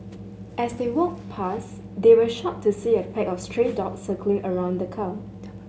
as they walked pass they were shocked to see a pack of stray dogs circling around the car